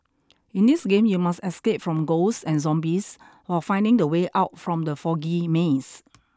in this game you must escape from ghosts and zombies while finding the way out from the foggy maze